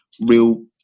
real